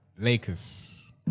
Lakers